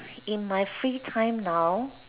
in my free time now